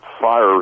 fire